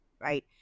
right